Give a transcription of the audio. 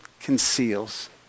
conceals